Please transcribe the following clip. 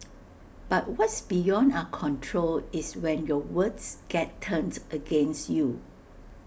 but what's beyond are control is when your words get turned against you